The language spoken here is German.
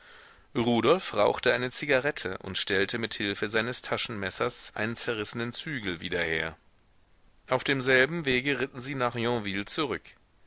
rudolf rauchte eine zigarette und stellte mit hilfe seines taschenmessers einen zerrissenen zügel wieder her auf demselben wege ritten sie nach yonville zurück